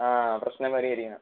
ആ പ്രശ്നം പരിഹരിക്കണം